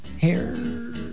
Hair